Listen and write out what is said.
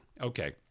Okay